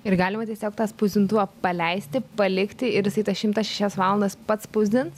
ir galima tiesiog tas spausdintuvą paleisti palikti ir jisai tas šimtas šias valandas pats spausdins